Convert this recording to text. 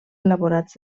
elaborats